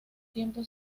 tiempo